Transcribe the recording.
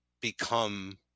become